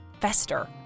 fester